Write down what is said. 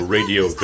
Radio